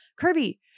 Kirby